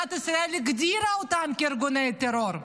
שמדינת ישראל הגדירה אותם כארגוני טרור.